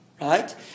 right